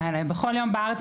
מה זה הדבר הזה?